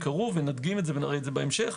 ונראה את זה בהמשך.